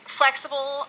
flexible